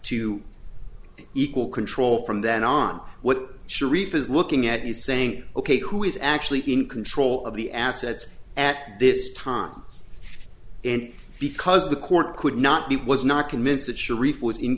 to equal control from then on what sharif is looking at me saying ok who is actually in control of the assets at this time and because the court could not be it was not convinced that